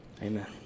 Amen